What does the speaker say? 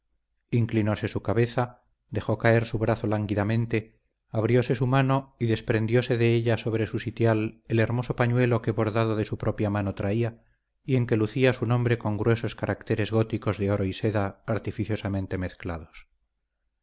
inclinóse su cabeza dejó caer su brazo lánguidamente abrióse su mano y desprendióse de ella sobre su sitial el hermoso pañuelo que bordado de su propia mano traía y en que lucía su nombre con gruesos caracteres góticos de oro y seda artificiosamente mezclados